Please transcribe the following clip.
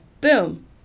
boom